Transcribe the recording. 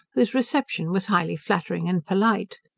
whose reception was highly flattering and polite.